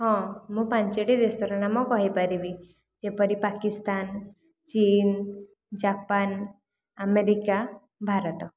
ହଁ ମୁଁ ପାଞ୍ଚଟି ଦେଶର ନାମ କହିପାରିବି ଯେପରି ପାକିସ୍ତାନ ଚୀନ ଜାପାନ ଆମେରିକା ଭାରତ